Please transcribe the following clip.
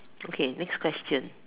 okay next question